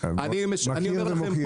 מכיר ומוקיר.